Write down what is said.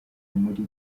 muri